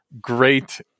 great